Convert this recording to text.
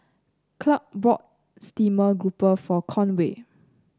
Clark bought stream grouper for Conway